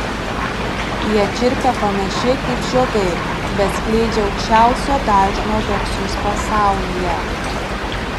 jie čirpia panašiai kaip žiogai bet skleidžia aukščiausio dažnio garsus pasaulyje